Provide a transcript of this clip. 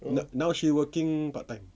but now she working part-time